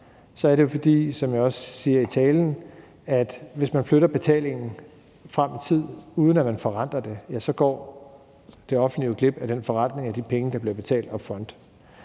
så er det, fordi det offentlige, hvis man flytter betalingen frem i tid, uden at man forrenter det, går glip af forrentningen af de penge, der bliver betalt up front.